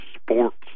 sports